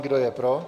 Kdo je pro?